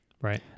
right